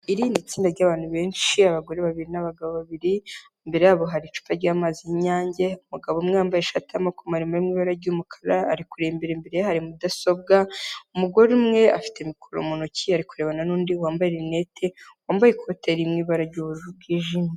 Iri nindi tsinda ryabantu benshi abagore babiri nabagabo babiri imbere yabo hari icupa rya amaziyange umugabo umwe wambaye ishati'amamarema ibabara ry'umukara ari kurebera imbere hari mudasobwa umugore umwe afite imikoro mu ntoki ari kurerebana nundi wambayenete wambaye ikote rimwe ibara ry'ubururu bwijimye.